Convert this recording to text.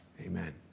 amen